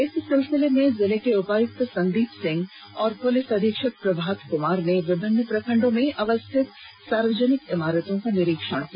इस सिलसिले में जिले के उपायुक्त संदीप सिंह और पुलिस अधीक्षक प्रभात कुमार ने विभिन्न प्रखण्डों में अवस्थित सार्वजनिक इमारतों का निरीक्षण किया